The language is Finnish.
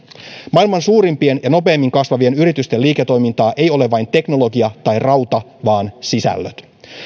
maailman suurimpien ja nopeimmin kasvavien yritysten liiketoimintaa ei ole vain teknologia tai rauta vaan sisällöt